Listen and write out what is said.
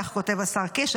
כך כותב השר קיש.